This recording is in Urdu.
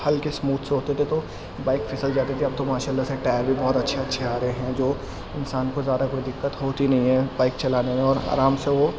ہلکے اسموتھ سے ہوتے تھے تو بائک پھسل جاتی تھی اب تو ماشاء اللہ سے ٹائر بھی بہت اچھے اچھے آ رہے ہیں جو انسان کو زیادہ کوئی دقت ہوتی نہیں ہے بائک چلانے میں اور آرام سے وہ